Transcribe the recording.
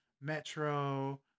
Metro